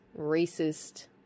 racist